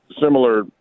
similar